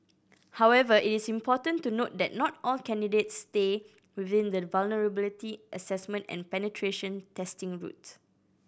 however it is important to note that not all candidates stay within the vulnerability assessment and penetration testing route